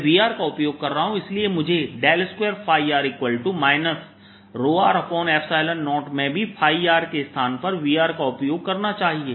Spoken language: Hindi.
मैं V का उपयोग कर रहा हूं इसलिए मुझे 2r 0में भी r के स्थान पर V का उपयोग करना चाहिए